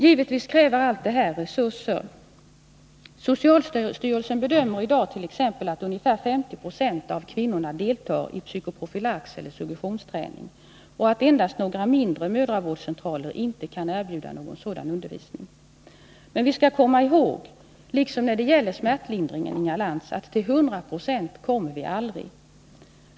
Givetvis kräver allt detta resurser. Socialstyrelsen bedömer i dag att ungefär 50 96 av kvinnorna deltar i psykoprofylaxeller suggestionsträning och att endast några mindre mödravårdscentraler inte kan erbjuda någon sådan undervisning. Men vi skall komma ihåg, liksom när det gäller smärtlindring, Inga Lantz, att till 100 26 kommer vi aldrig.